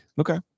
Okay